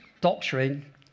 doctrine